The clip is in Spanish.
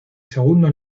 segundo